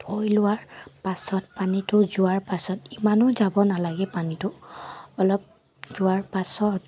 থৈ লোৱাৰ পাছত পানীটো যোৱাৰ পাছত ইমানো যাব নালাগে পানীটো অলপ যোৱাৰ পাছত